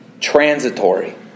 transitory